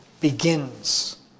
begins